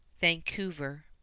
Vancouver